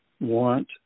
want